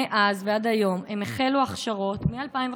מאז ועד היום, החלו הכשרות ב-2015,